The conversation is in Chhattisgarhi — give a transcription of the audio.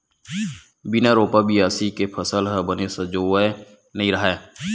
बिन रोपा, बियासी के फसल ह बने सजोवय नइ रहय